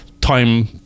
time